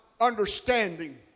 understanding